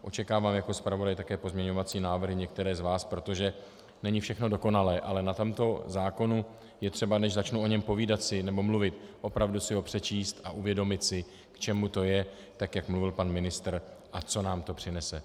Očekávám jako zpravodaj také pozměňovací návrhy některých z vás, protože není všechno dokonalé, ale na tomto zákonu je třeba, než začnu o něm povídat nebo mluvit, opravdu si ho přečíst a uvědomit si, k čemu to je, tak jak mluvil pan ministr, a co nám to přinese.